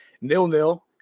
nil-nil